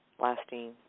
lasting